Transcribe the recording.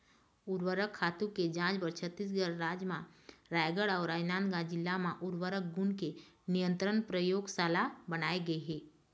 उरवरक खातू के जांच बर छत्तीसगढ़ राज म रायगढ़ अउ राजनांदगांव जिला म उर्वरक गुन नियंत्रन परयोगसाला बनाए गे हे